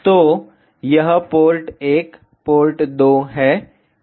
तो यह port 1 port 2 है